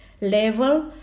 level